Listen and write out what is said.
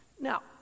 now